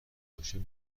باشه